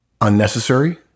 unnecessary